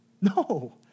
No